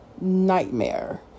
nightmare